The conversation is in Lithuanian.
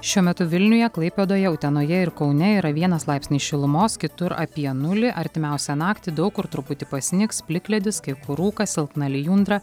šiuo metu vilniuje klaipėdoje utenoje ir kaune yra vienas laipsnis šilumos kitur apie nulį artimiausią naktį daug kur truputį pasnigs plikledis kai kur rūkas silpna lijundra